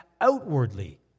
outwardly